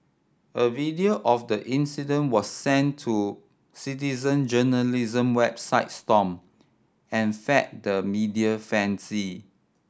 a video of the incident was sent to citizen journalism website Stomp and fed the media fancy